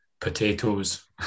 potatoes